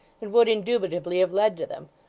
and would indubitably have led to them,